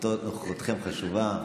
נוכחותכם חשובה,